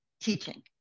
teaching